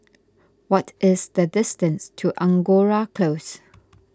what is the distance to Angora Close